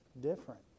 different